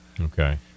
Okay